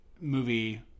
movie